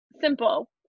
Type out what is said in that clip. simple